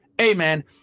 Amen